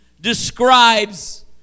describes